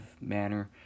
manner